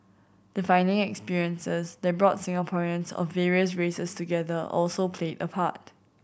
defining experiences that brought Singaporeans of various races together also played a part